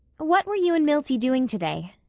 what were you and milty doing today?